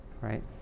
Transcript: Right